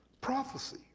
Prophecy